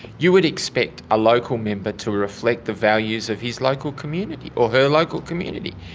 you would expect a local member to reflect the values of his local community or her local community.